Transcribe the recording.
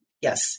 yes